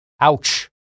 Ouch